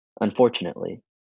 Unfortunately